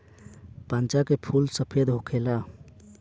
चंपा के फूल सफेद होखेला